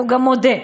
והוא גם מודה.